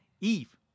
Eve